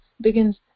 begins